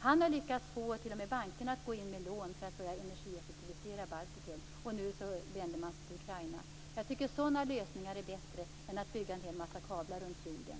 Han har t.o.m. lyckats få bankerna att gå in med lån för att börja energieffektivisera i Baltikum. Nu vänder man sig till Ukraina. Jag tycker att sådana lösningar är bättre än att bygga en massa kablar runt jorden.